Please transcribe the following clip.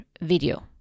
video